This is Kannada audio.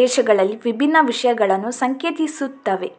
ದೇಶಗಳಲ್ಲಿ ವಿಭಿನ್ನ ವಿಷಯಗಳನ್ನು ಸಂಕೇತಿಸುತ್ತವೆ